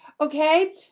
Okay